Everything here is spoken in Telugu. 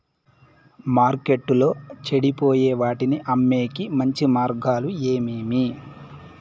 మార్కెట్టులో చెడిపోయే వాటిని అమ్మేకి మంచి మార్గాలు ఏమేమి